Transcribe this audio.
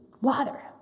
water